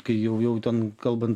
kai jau jau ten kalbant